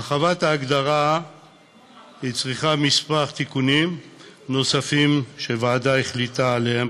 הרחבת ההגדרה הצריכה כמה תיקונים נוספים שהוועדה החליטה עליהם.